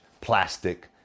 plastic